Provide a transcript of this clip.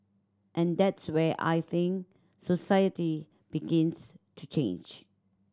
and that's where I think society begins to change